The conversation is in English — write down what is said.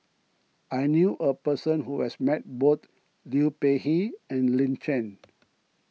I knew a person who has met both Liu Peihe and Lin Chen